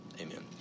amen